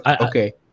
Okay